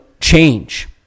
change